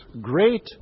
Great